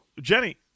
Jenny